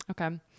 Okay